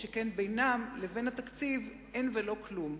שכן אין בינם לבין התקציב ולא כלום.